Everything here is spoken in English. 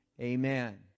amen